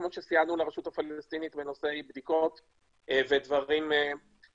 כפי שסייענו לרשות הפלסטינאית בנושאי בדיקות ודברים אחרים.